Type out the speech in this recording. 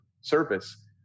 service